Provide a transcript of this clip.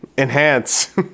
Enhance